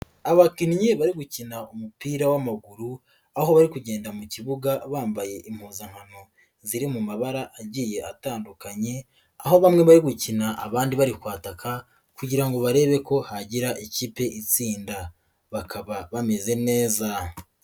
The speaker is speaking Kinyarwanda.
Abakinnyi bari gukina umupira w'amaguru aho bari kugenda mu kibuga bambaye impuzankano ziri mu mabara agiye atandukanye, aho bamwe bari gukina abandi bari kwataka kugira ngo barebe ko hagira ikipe itsinda bakaba bameze neza.